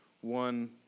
one